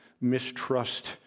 mistrust